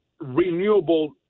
renewable